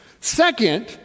Second